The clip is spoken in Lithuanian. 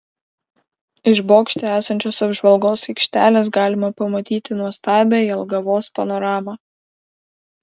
iš bokšte esančios apžvalgos aikštelės galima pamatyti nuostabią jelgavos panoramą